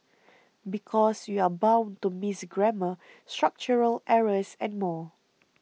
because you're bound to miss grammar structural errors and more